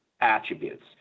attributes